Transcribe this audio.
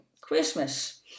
Christmas